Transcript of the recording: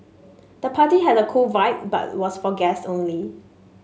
the party had a cool vibe but was for guests only